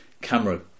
camera